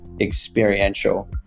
experiential